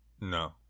No